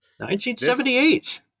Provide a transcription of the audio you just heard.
1978